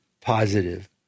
Positive